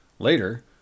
Later